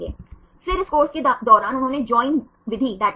सही आपके प्रोटीन में कितने साइड चेन हैं